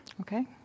Okay